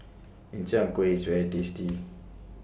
Min Chiang Kueh IS very tasty